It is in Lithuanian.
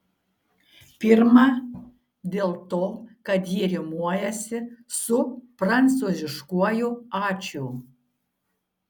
pirma dėl to kad ji rimuojasi su prancūziškuoju ačiū